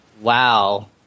Wow